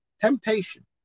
Temptation